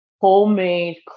homemade